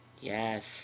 Yes